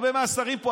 לגבי הרבה מהשרים פה,